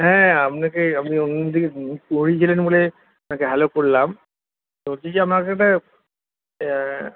হ্যাঁ আপনাকে আপনি অন্যদিকে মুখ ঘুরিয়ে ছিলেন বলে আপনাকে হ্যালো করলাম বলছি যে আপনার সাথে